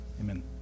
Amen